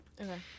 Okay